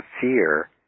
fear